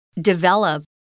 Develop